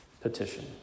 petition